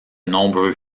nombreux